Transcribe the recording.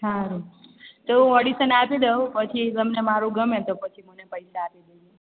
સારું તો હું ઓડિસન આપી દઉં પછી તમને મારું ગમે તો પછી મને પૈસા આપી દેજો